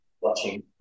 watching